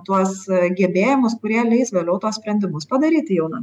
tuos gebėjimus kurie leis vėliau tuos sprendimus padaryti jaunam